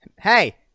hey